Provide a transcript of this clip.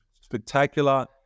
spectacular